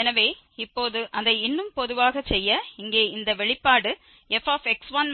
எனவே இப்போது அதை இன்னும் பொதுவாக செய்ய இங்கே இந்த வெளிப்பாடு fx1